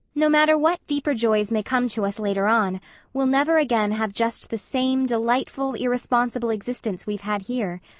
no matter what deeper joys may come to us later on we'll never again have just the same delightful, irresponsible existence we've had here.